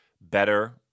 better